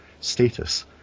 status